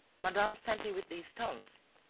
madame sent me with these stones.